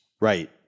Right